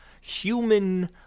human